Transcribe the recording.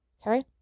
Okay